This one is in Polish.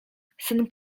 syn